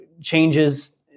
changes